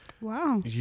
Wow